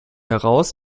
heraus